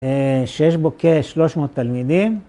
שיש בו כ-300 תלמידים.